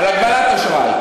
על הגבלת אשראי,